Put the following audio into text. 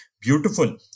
beautiful